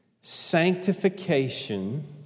Sanctification